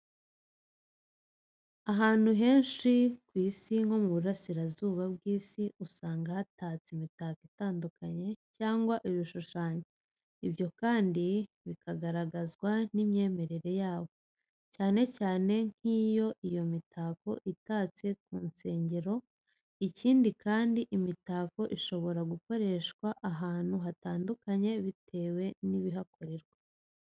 Ahantu henshi ku Isi nko mu Burasirazuba bw'Isi usanga hatatse imitako itandukanye cyangwa ibishushanyo, ibyo kandi bikagaragazwa n'imyemerere yabo, cyane cyane nk'iyo iyo mitako itatse kunsengero. Ikindi kandi imitako ishobora gukoreshwa ahantu hatandukanye bitewe n'ibihakorerwa.